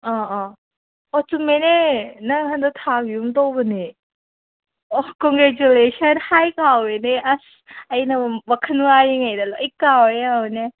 ꯑꯥ ꯑꯥ ꯑꯣ ꯆꯨꯝꯃꯦꯅꯦ ꯅꯪ ꯍꯟꯗꯛ ꯊꯥꯒꯤꯒꯨꯝ ꯇꯧꯕꯅꯦ ꯑꯣ ꯀꯣꯡꯒ꯭ꯔꯦꯆꯨꯂꯦꯁꯟ ꯍꯥꯏ ꯀꯥꯎꯔꯦꯅꯦ ꯑꯁ ꯑꯩꯅ ꯋꯥꯈꯜ ꯋꯥꯔꯤꯉꯩꯗ ꯂꯣꯏ ꯀꯥꯎꯔꯦ ꯌꯦꯡꯉꯨꯅꯦ